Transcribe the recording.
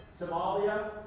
Somalia